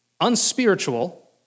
unspiritual